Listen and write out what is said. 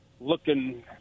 looking